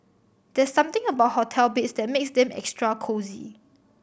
there's something about hotel beds that makes them extra cosy